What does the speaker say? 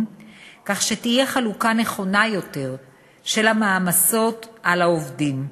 כך שתהיה חלוקה נכונה יותר של המעמסות על העובדים,